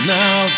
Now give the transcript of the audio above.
now